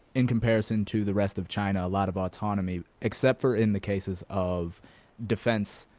in comparison to the rest of china, a lot of autonomy, except for in the cases of defense,